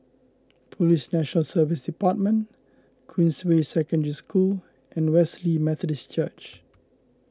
Police National Service Department Queensway Secondary School and Wesley Methodist Church